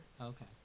Okay